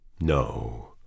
No